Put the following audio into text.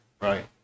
Right